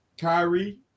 Kyrie